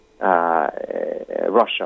Russia